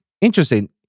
interesting